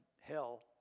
hell